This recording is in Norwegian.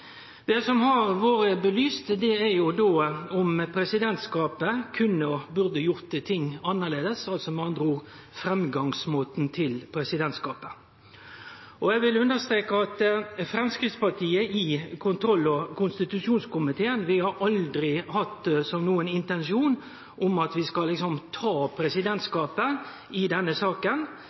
Det som har vore belyst, er om presidentskapet kunne og burde gjort ting annleis – altså med andre ord: framgangsmåten til presidentskapet. Eg vil understreke at Framstegspartiet i kontroll- og konstitusjonskomiteen aldri har hatt nokon slags intensjon om «å ta» presidentskapet i denne saka,